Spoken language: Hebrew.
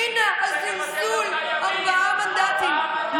הינה, הזלזול, ארבעה מנדטים.